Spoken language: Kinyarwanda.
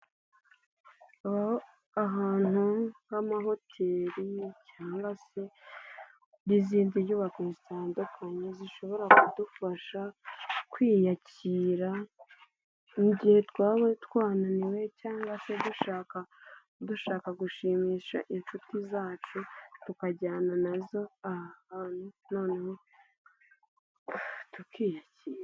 Baba ahantu nk'amahoteli cyangwa se n'izindi nyubako zitandukanye zishobora kudufasha kwiyakira gihe twaba twananiwe cyangwa se dushaka dushaka gushimisha inshuti zacu tukajyana nazo hantu none tuki.